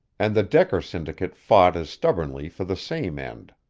and the decker syndicate fought as stubbornly for the same end.